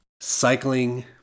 cycling